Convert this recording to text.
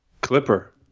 Clipper